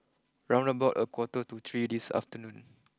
round about a quarter to three this afternoon